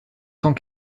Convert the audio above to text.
cent